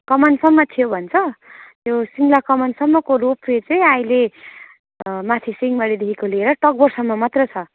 कमानसम्म थियो भन्छ यो सिङ्ला कमानसम्मको रोपवे चाहिँ अहिले माथि सिंहमारीदेखिको लिएर तकभरसम्म मात्र छ